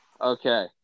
Okay